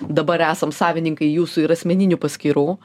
dabar esam savininkai jūsų ir asmeninių paskyrų